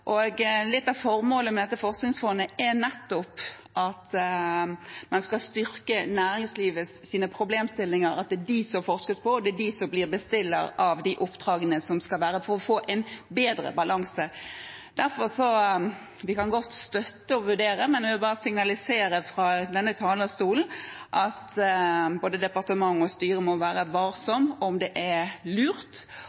dialogen. Litt av formålet med dette forskningsfondet er nettopp at man skal styrke næringslivets problemstillinger, at det er dem det forskes på, og at det er de som blir bestillere av de oppdragene som handler om å få en bedre balanse. Vi kan godt støtte «å vurdere», men jeg vil bare signalisere fra denne talerstolen at både departementet og styret må være